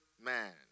man